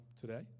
today